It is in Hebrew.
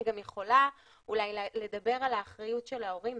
גם יכולה אולי לדבר על האחריות של ההורים,